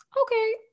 Okay